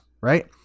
right